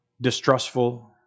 Distrustful